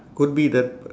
could be that